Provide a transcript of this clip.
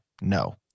No